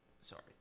Sorry